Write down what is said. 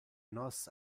nos